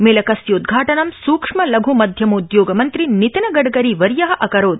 मेलकस्योद्घाटनं सूक्ष्म लघ् मध्यमोद्योगमन्त्री नितिनगडकरी वर्य अकरोत्